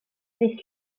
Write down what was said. ddydd